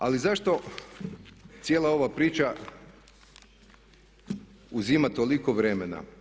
Ali zašto cijela ova priča uzima toliko vremena?